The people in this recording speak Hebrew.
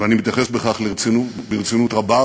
ואני מתייחס לכך ברצינות רבה,